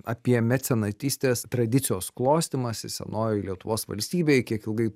apie mecenatystės tradicijos klostymąsi senojoj lietuvos valstybėj kiek ilgai